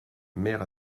mère